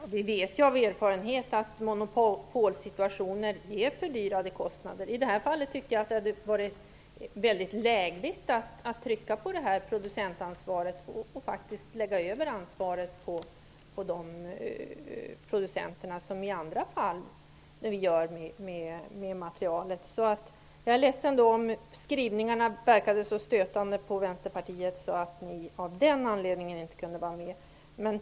Herr talman! Vi vet av erfarenhet att monopolsituationer ger fördyrade kostnader. I det här fallet hade det varit lägligt att trycka på producentansvaret och faktiskt lägga över ansvaret på producenterna som i andra fall när det gäller materialet. Jag beklagar om skrivningarna verkat så stötande för er i Vänsterpartiet att ni av den anledningen inte kunde vara med.